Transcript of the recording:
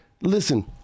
listen